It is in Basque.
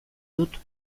dut